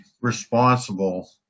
responsible